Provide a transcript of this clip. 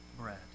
bread